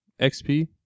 XP